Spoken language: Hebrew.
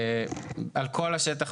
על כל השטח,